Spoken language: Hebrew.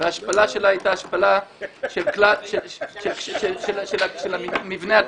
וההשפלה שלה היתה השפלה של המבנה עצמו,